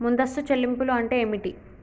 ముందస్తు చెల్లింపులు అంటే ఏమిటి?